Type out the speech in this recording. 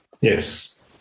Yes